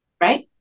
Right